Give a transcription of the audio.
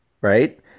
Right